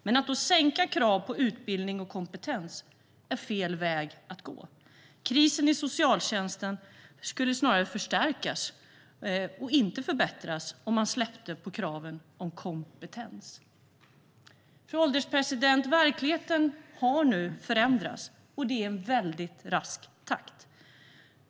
Men att sänka kraven på utbildning och kompetens är fel väg att gå. Krisen i socialtjänsten skulle förstärkas snarare än motverkas om man släppte på kraven på kompetens. Fru ålderspresident! Verkligheten har förändrats och det i rask takt.